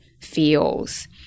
feels